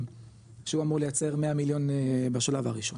שהוא אמור לייצר 100 מיליון בשלב הראשון.